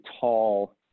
tall